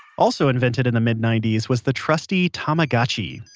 also invented in the mid-nineties was the trusty tamagotchi,